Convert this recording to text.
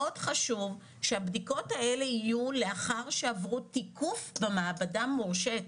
מאוד חשוב שהבדיקות האלה יהיו לאחר שעברו תיקוף במעבדה מורשית,